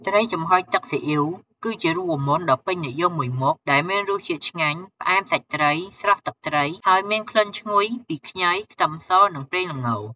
ត្រីចំហុយទឹកស៊ីអ៊ីវ គឺជារូបមន្តដ៏ពេញនិយមមួយមុខដែលមានរសជាតិឆ្ងាញ់ ផ្អែមសាច់ត្រី ស្រស់ទឹកត្រី ហើយមានក្លិនឈ្ងុយពីខ្ញី ខ្ទឹមស និងប្រេងល្ង។